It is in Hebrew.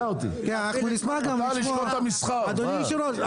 אדוני היושב-ראש,